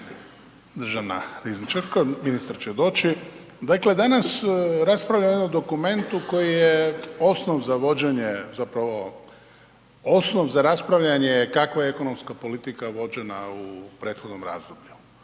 državna rizničarko, ministar će doći. Dakle, danas raspravljamo o jednom dokumentu koji je osnova za vođenje, zapravo osnova za raspravljanje kakva je ekonomska politika vođena u prethodnom razdoblju.